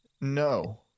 No